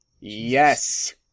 Yes